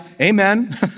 Amen